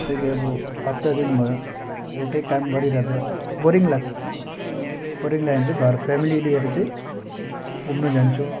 जस्तै कि अब हप्ता दिन भयो एउटै काम गरिरहँदा बोरिङ लाग्छ बोरिङ लाग्यो भने चाहिँ घर फ्यामिली लिएर चाहिँ घुम्न जान्छु